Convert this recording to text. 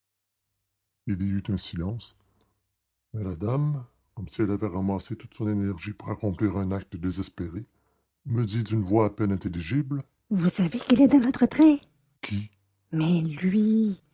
un silence mais la dame comme si elle avait ramassé toute son énergie pour accomplir un acte désespéré me dit d'une voix à peine intelligible vous savez qu'il est dans notre train qui mais lui